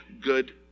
good